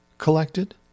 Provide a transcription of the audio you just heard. collected